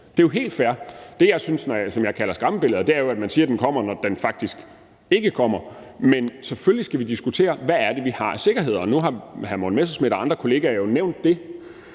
det er jo helt fair. Det, som jeg kalder et skræmmebillede, er jo, at man siger, når den faktisk ikke kommer, men selvfølgelig skal vi diskutere, hvad det er, vi har af sikkerhed. Nu har hr. Morten Messerschmidt og andre kolleger jo nævnt, at